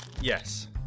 Yes